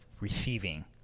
receiving